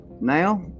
now